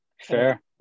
fair